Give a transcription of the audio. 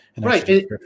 Right